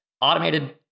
automated